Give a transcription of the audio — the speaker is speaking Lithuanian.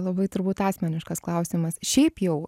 labai turbūt asmeniškas klausimas šiaip jau